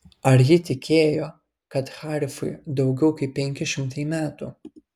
ar ji tikėjo kad harifui daugiau kaip penki šimtai metų